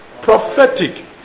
prophetic